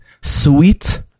sweet